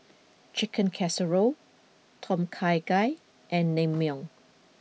Chicken Casserole Tom Kha Gai and Naengmyeon